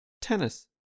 tennis